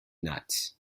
nuts